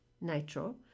nitro